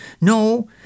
No